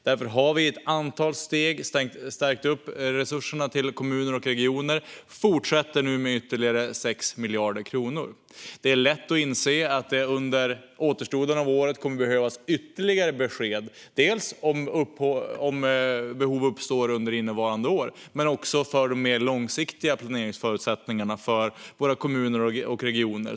Därför har vi i ett antal steg stärkt upp resurserna till kommuner och regioner, och vi fortsätter nu med ytterligare 6 miljarder kronor. Det är lätt att inse att det under återstoden av året kommer att behövas ytterligare besked, inte bara om behov uppstår under innevarande år utan även för de mer långsiktiga planeringsförutsättningarna för våra kommuner och regioner.